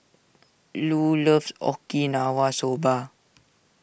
Lu loves Okinawa Soba